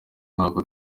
mwaka